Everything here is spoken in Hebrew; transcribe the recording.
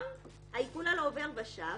גם לגבי עיקול על עובר ושב,